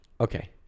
Okay